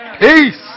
Peace